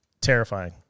terrifying